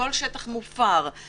כל שטח מופר,